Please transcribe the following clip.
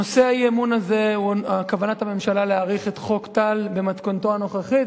נושא האי-אמון הזה הוא כוונת הממשלה להאריך את חוק טל במתכונתו הנוכחית,